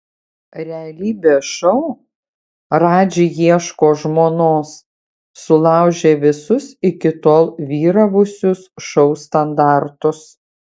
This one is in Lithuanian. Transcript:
realybės šou radži ieško žmonos sulaužė visus iki tol vyravusius šou standartus